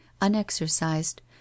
unexercised